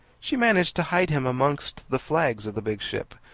she managed to hide him amongst the flags of the big ship,